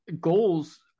goals